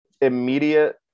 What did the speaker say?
Immediate